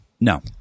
No